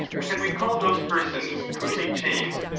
can we call those persons truly chaste,